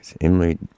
Emily